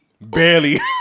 Barely